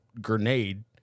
grenade